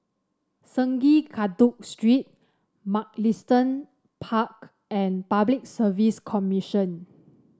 Sungei Kadut Street Mugliston Park and Public Service Commission